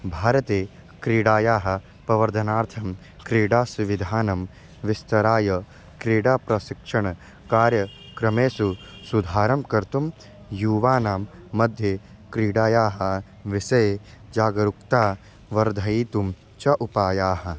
भारते क्रीडायाः प्रवर्धनार्थं क्रीडासुविधानां विस्तराय क्रीडाप्रशिक्षणकार्यक्रमेषु सुधारं कर्तुं यूनां मध्ये क्रीडायाः विषये जागरूकतां वर्धयितुं च उपायाः